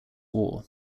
war